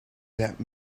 that